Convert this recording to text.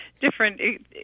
different